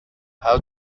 how